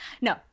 no